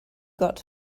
got